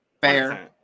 Fair